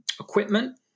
equipment